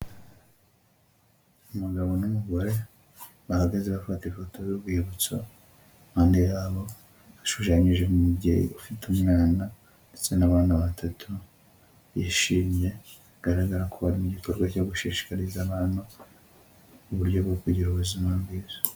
Umugabo n'umugore bahagaze bafata ifoto y'urwibutso, impande yabo hashushanyije umubyeyi ufite umwana ndetse n'abana batatu bishimye, bigaragara ko bari mu gikorwa cyo gushishikariza abantu uburyo bwo kugira ubuzima bwiza.